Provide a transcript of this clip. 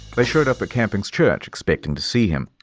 they showed up at camping's church, expecting to see him,